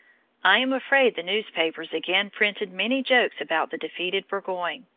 i am afraid the newspapers again printed many jokes about the defeated burgoyne,